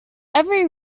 every